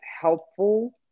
helpful